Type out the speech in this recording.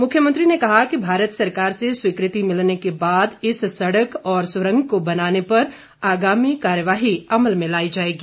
मुख्यमंत्री ने कहा कि भारत सरकार से स्वीकृति मिलने के बाद इस सड़क और सुरंग को बनाने पर आगामी कार्यवाही अमल में लाई जाएगी